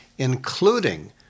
including